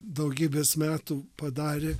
daugybės metų padarė